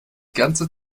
ganze